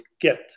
get